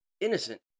innocent